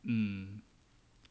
mm